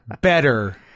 better